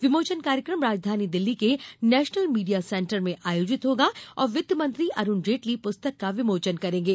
विमोचन कार्यक्रम राजधानी दिल्ली के नेशनल मीडिया सेंटर में आयोजित होगा और वित्त मंत्री अरुण जेटली पुस्तक का विमोचन करेंगे